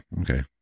okay